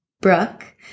Brooke